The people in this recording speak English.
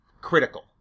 critical